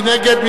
מי נגד?